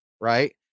right